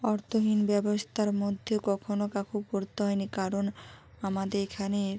অর্থহীন ব্যবস্থার মধ্যে কখনও কাউকে পড়তে হয়নি কারণ আমাদের এখানে